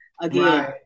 Again